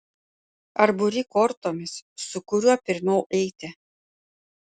ar buri kortomis su kuriuo pirmiau eiti